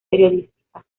periodística